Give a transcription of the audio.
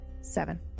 seven